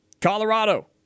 Colorado